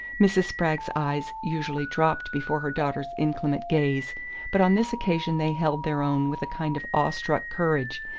mrs. spragg's eyes usually dropped before her daughter's inclement gaze but on this occasion they held their own with a kind of awe-struck courage,